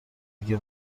دیگه